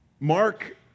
Mark